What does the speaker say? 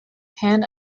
pan